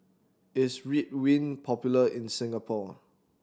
is Ridwind popular in Singapore